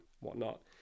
whatnot